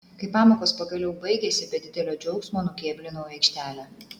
kai pamokos pagaliau baigėsi be didelio džiaugsmo nukėblinau į aikštelę